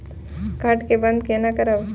Card के बन्द केना करब?